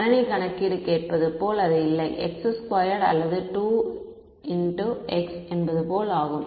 கணினி கணக்கீடு கேட்பது போல் அது இல்லை x2 அல்லது 2 x என்பது போல் ஆகும்